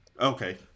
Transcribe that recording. Okay